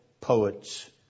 poets